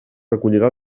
recollirà